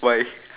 why